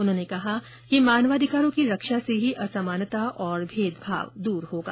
उन्होंने कहा कि मानवाधिकारों की रक्षा से ही असमानता और भेदभाव दूर होगा